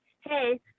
hey